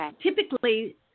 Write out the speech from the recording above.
typically